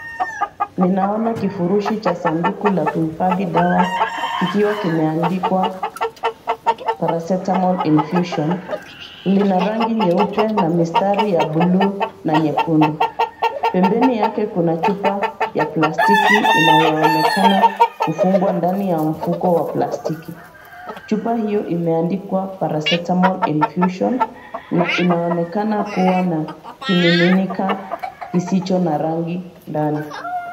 Ninaona kifurushi cha sanduku la kuhifadhi dawa, kikiwa kimeandikwa, Paracetamol Infusion , lina rangi nyeupe na mistari ya bluu, na nyekundu, pembeni yake kuna chupa, ya plastiki inayoonekana, kufungwa ndani ya mfuko wa plastiki, chupa hio imeandikwa Paracetamol Infusion , na inaonekana kuwa na, kimiminika, kisicho na rangi, ndani.